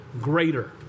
greater